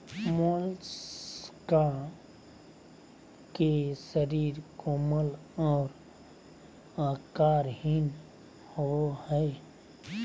Mollusca के शरीर कोमल और आकारहीन होबय हइ